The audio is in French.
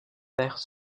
verres